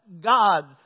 God's